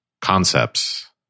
concepts